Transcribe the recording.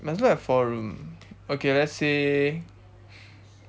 you must look at four room okay let's say